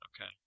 Okay